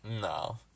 No